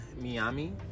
Miami